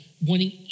wanting